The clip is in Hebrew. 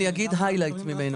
אני אגיד highlight ממנו.